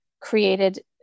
created